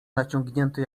naciągnięty